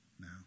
now